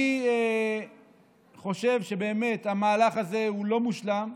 אני חושב שבאמת המהלך הזה לא מושלם.